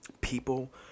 people